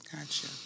Gotcha